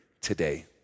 today